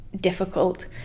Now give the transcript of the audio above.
difficult